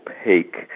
opaque